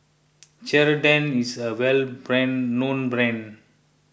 Ceradan is a well brand known brand